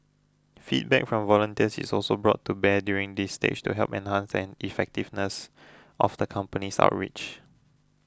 feedback from volunteers is also brought to bear during this stage to help enhance the effectiveness of the company's outreach